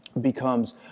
becomes